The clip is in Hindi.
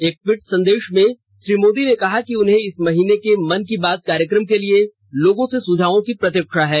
एक टवीट संदेश में श्री मोदी ने कहा है उन्हें इस महीने के मन की बात कार्यक्रम के लिए लोगों से सुझावों की प्रतीक्षा है